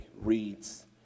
reads